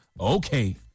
Okay